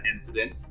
incident